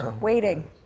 waiting